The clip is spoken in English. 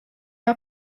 are